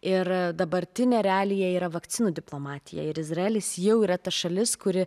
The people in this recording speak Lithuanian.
ir dabartinė realija yra vakcinų diplomatija ir izraelis jau yra ta šalis kuri